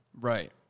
Right